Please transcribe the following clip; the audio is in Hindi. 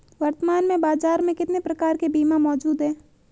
वर्तमान में बाज़ार में कितने प्रकार के बीमा मौजूद हैं?